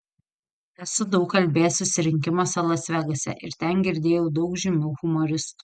esu daug kalbėjęs susirinkimuose las vegase ir ten girdėjau daug žymių humoristų